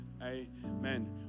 amen